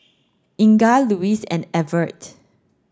Inga Louise and Evert